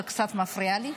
זה קצת מפריע לי,